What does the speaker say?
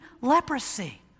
leprosy